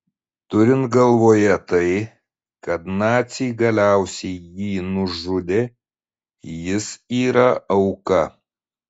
turint galvoje tai kad naciai galiausiai jį nužudė jis yra auka